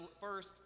first